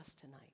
tonight